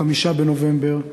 5 בנובמבר,